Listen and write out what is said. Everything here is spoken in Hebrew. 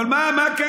אבל מה קרה?